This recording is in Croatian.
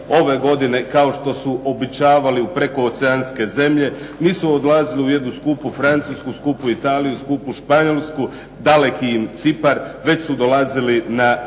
ove godine kao što su običavali u prekooceanske zemlje, nisu odlazili u jednu skupu Francusku, skupu Italiju, skupu Španjolsku, daleki im Cipar već su dolazili na Jadran.